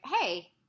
hey